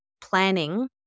planning